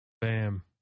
Bam